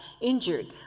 injured